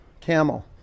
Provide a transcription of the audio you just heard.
Camel